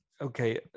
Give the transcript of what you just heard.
okay